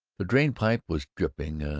the drain-pipe was dripping,